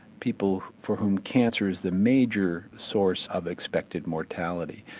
people for whom cancer is the major source of expected mortality.